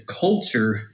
culture